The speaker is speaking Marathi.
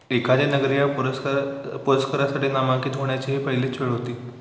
एखादे नगर या पुरस्कार पुरस्कारासाठी नामांकित होण्याची ही पहिली वेळ होती